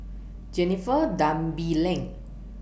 Jennifer Tan Bee Leng